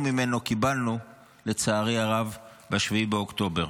וקיבלנו ממנו פרומו, לצערי הרב, ב-7 באוקטובר.